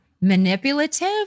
manipulative